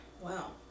Wow